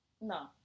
No